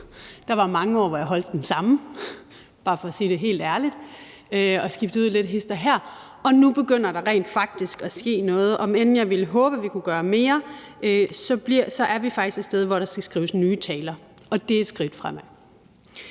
Der var mange år, hvor jeg holdt den samme – bare for at sige det helt ærligt – og skiftede lidt ud hist og her. Nu begynder der rent faktisk at ske noget, og om end jeg ville håbe, at vi kunne gøre mere, så er vi faktisk et sted, hvor der skal skrives nye taler, og det er et skridt fremad.